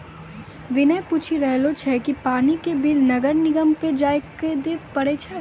विनय पूछी रहलो छै कि पानी के बिल नगर निगम म जाइये क दै पड़ै छै?